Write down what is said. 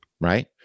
right